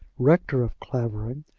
rector of clavering,